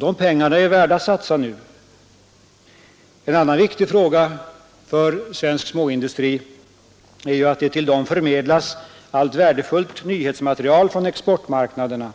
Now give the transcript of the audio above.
De pengarna är väl värda att satsa nu. En annan viktig fråga för svenska småindustrier är att det till dessa förmedlas allt värdefullt nyhetsmaterial från exportmarknaderna. Detta